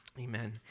Amen